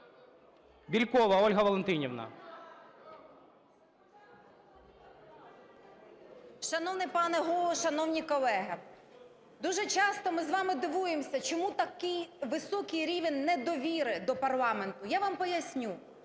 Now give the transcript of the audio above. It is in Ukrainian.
БЄЛЬКОВА О.В. Шановний пане Голово, шановні колеги! Дуже часто ми з вами дивуємося, чому такий високий рівень недовіри до парламенту. Я вам поясню,